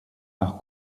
par